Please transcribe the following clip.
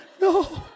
no